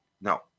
no